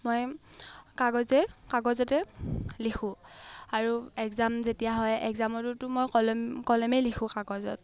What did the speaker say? মই কাগজে কাগজতে লিখোঁ আৰু একজাম যেতিয়া হয় একজামতোটো মই কলম কলেমেই লিখোঁ কাগজত